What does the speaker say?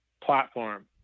platform